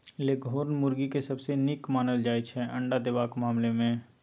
leghorn मुरगी केँ सबसँ नीक मानल जाइ छै अंडा देबाक मामला मे